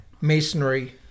masonry